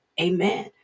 amen